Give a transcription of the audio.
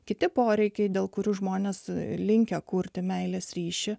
kiti poreikiai dėl kurių žmonės linkę kurti meilės ryšį